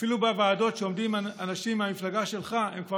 אפילו בוועדות שעומדים אנשים מהמפלגה שלך הם כבר